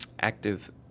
active